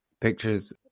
pictures